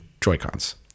Joy-Cons